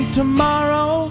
tomorrow